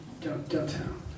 downtown